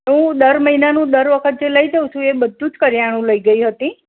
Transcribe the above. હું દરમહીનના હું ડર વખત જે લઈ જુ છું એ બધુ જ કરિયાણું લઈ ગઈ હતી